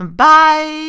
Bye